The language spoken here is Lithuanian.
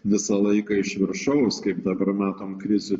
visą laiką iš viršaus kaip dabar matom krizių